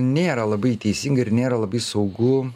nėra labai teisinga ir nėra labai saugu